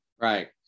Right